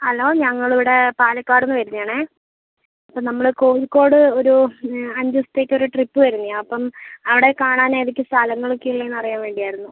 hello ഞങ്ങൾ ഇവിടെ പാലക്കാടിന്ന് വരുന്നതാണ് അപ്പം നമ്മൾ കോഴിക്കോട് ഒരു അഞ്ച് ദിവസത്തേക്ക് ഒരു ട്രിപ്പ് വരുന്നതാണ് അപ്പം അവിടെ കാണാൻ എതൊക്കെയാണ് സ്ഥലങ്ങൾ ഒക്കെ ഉള്ളതെന്ന് അറിയാൻ വേണ്ടി ആയിരുന്നു